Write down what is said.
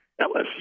LSU